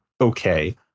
Okay